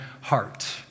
heart